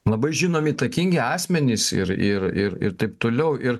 labai žinomi įtakingi asmenys ir ir ir ir taip toliau ir